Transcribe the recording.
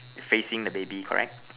facing the baby correct